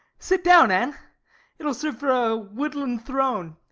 sit down, anne it will serve for a woodland throne.